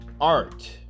art